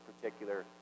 particular